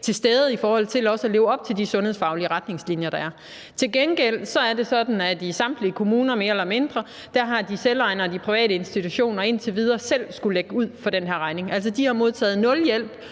til stede i forhold til også at leve op til de sundhedsfaglige retningslinjer, der er. Til gengæld er det sådan, at i mere eller mindre samtlige kommuner har de selvejende og de private institutioner indtil videre selv skullet lægge ud for den her regning. De har modtaget nul hjælp